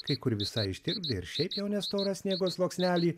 kai kur visai ištirpdė ir šiaip jau nestorą sniego sluoksnelį